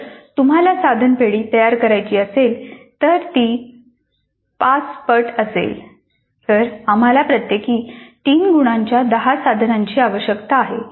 जर तुम्हाला साधन पेढी तयार करायची असेल तर ती 5 पट असेल तर आम्हाला प्रत्येकी 3 गुणांच्या 10 साधनांची आवश्यकता आहे